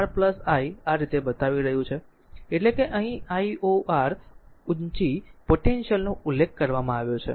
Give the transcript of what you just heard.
તેથી તે current r i આ રીતે બતાવી રહ્યું છે એટલે કે અહીં lor ઊચી પોટેન્શિયલનો ઉલ્લેખ કરવામાં આવ્યો છે